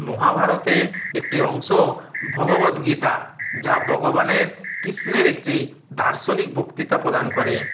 মহাভারতের একটি অংশ ভগবৎ গীতা যা ভগবানের কৃষ্ণের একটি দার্শনিক বক্তৃতা প্রদান করে